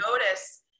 notice